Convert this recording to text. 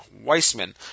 Weissman